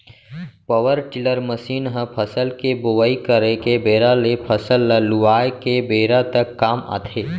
power tiller machine ह फसल के बोवई करे के बेरा ले फसल ल लुवाय के बेरा तक काम आथे